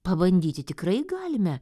pabandyti tikrai galime